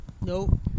Nope